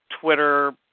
twitter